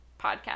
podcast